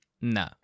No